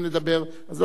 אז לא נצטרך להצביע,